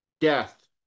death